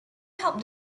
helped